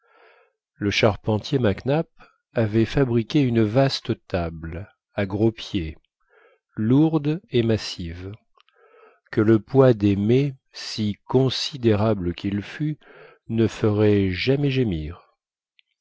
le charpentier mac nap avait fabriqué une vaste table à gros pieds lourde et massive que le poids des mets si considérable qu'il fût ne ferait jamais gémir